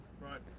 Right